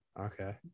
Okay